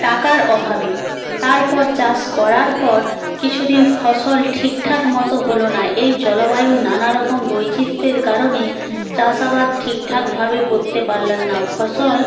টাকার অভাবে তারপর চাষ করার পর কিছু দিন ফসল ঠিকঠাক মতো হলো না এই জলবায়ুর নানা রকম বৈচিত্রের কারণে চাষাবাদ ঠিকঠাকভাবে করতে পারলেন না ফসল